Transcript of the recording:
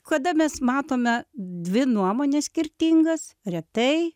kada mes matome dvi nuomones skirtingas retai